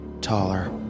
taller